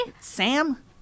Sam